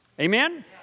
Amen